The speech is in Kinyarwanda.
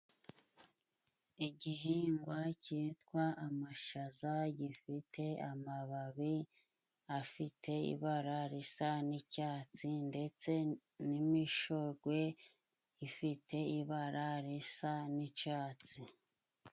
Igihingwa cyitwa amashaza gifite amababi, afite ibara risa n'icyatsi, ndetse n'imishogwe ifite ibara risa n'icyatsi.